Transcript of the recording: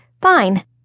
fine